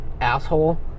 asshole